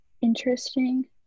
interesting